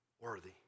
worthy